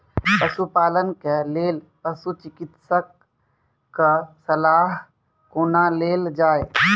पशुपालन के लेल पशुचिकित्शक कऽ सलाह कुना लेल जाय?